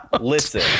listen